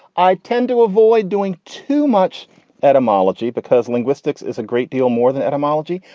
i tend to avoid doing too much etymology because linguistics is a great deal more than etymology.